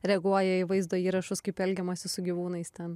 reaguoja į vaizdo įrašus kaip elgiamasi su gyvūnais ten